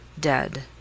dead